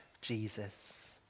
Jesus